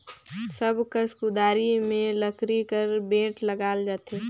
सब कस कुदारी मे लकरी कर बेठ लगाल जाथे